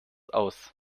aus